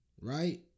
Right